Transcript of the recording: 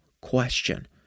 question